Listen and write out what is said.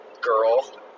girl